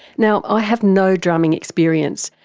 now, i have no drumming experience,